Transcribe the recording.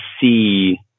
see